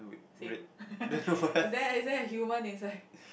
same is there is there a human inside